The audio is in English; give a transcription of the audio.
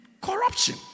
corruption